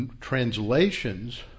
translations